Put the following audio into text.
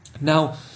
Now